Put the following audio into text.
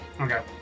Okay